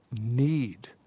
need